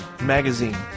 Magazine